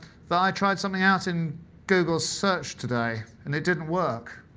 that i tried something else in google search today and it didn't work,